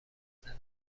زندان